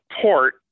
port